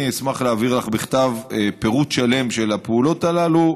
אני אשמח להעביר לך בכתב פירוט שלם של הפעולות הללו.